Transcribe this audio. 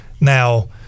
now